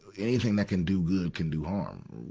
anything that can do good can do harm,